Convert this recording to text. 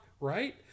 right